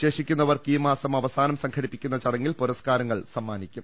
ശേഷിക്കുന്നവർക്ക് ഈ മാസം അവസാനം സംഘടിപ്പിക്കുന്ന ചടങ്ങിൽ പുരസ്കാരങ്ങൾ സമ്മാനിക്കും